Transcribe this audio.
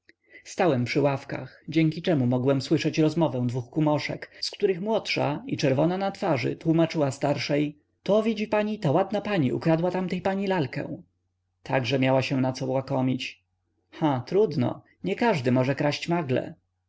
stałem przy ławkach dzięki czemu mogłem słyszeć rozmowę dwu kumoszek z których młodsza i czerwona na twarzy tłómaczyła starszej to widzi pani ta ładna pani ukradła tamtej pani lalkę także miała się naco łakomić ha trudno niekażdy może kraść magle